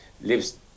lives